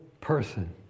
person